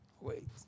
wait